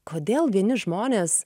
kodėl vieni žmonės